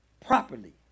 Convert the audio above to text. properly